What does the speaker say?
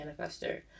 manifester